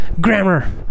grammar